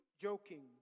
joking